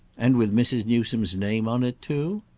and with mrs. newsome's name on it too?